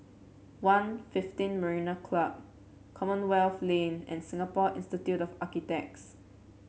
One Fifteen Marina Club Commonwealth Lane and Singapore Institute of Architects